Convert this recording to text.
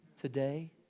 today